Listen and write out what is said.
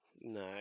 No